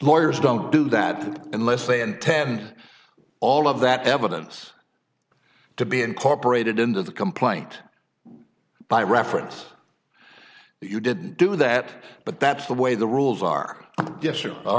lawyers don't do that unless they intend all of that evidence to be incorporated into the complaint by reference you didn't do that but that's the way the rules are yes or a